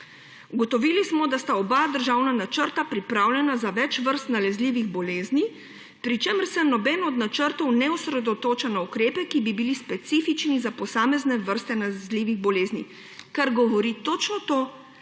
Ugotovili smo, da sta oba državna načrta pripravljena za več vrst nalezljivih bolezni, pri čemer se noben od načrtov ne osredotoča na ukrepe, ki bi bili specifični za posamezne vrste nalezljivih bolezni.« To govori točno to,